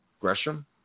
Gresham